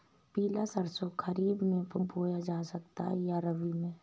पिला सरसो खरीफ में बोया जाता है या रबी में?